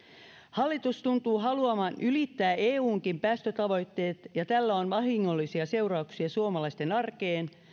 hallitus tuntuu haluavan ylittää eunkin päästötavoitteet ja tällä on vahingollisia seurauksia suomalaisten arkeen